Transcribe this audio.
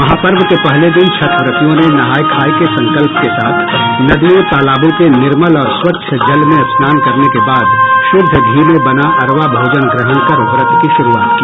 महापर्व के पहले दिन छठव्रतियों ने नहाय खाय के संकल्प के साथ नदियों तालाबों के निर्मल और स्वच्छ जल में स्नान करने के बाद शुद्ध घी में बना अरवा भोजन ग्रहण कर व्रत की शुरूआत की